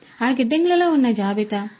కాబట్టి ఆ గిడ్డంగులలో ఉన్న జాబితా